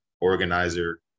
organizer